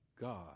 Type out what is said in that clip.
God